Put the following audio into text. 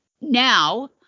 now